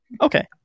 Okay